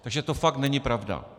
Takže to fakt není pravda.